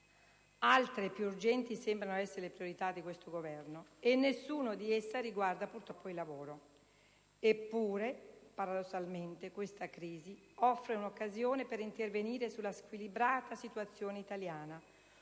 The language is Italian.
Altre e più urgenti sembrano essere le priorità di questo Governo. E nessuna di esse riguarda il lavoro. Eppure, paradossalmente, questa crisi offre un'occasione per intervenire sulla squilibrata situazione italiana,